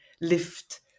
lift